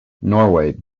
norway